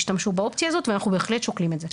השתמשו באופציה הזאת ואנחנו בהחלט שוקלים את זה.